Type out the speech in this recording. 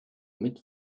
mit